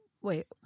Wait